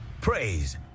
praise